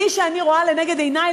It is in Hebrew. מי שאני רואה לנגד עיני,